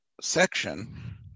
section